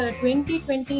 2020